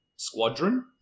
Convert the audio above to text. squadron